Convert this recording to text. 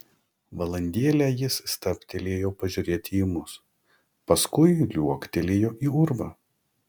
valandėlę jis stabtelėjo pažiūrėti į mus paskui liuoktelėjo į urvą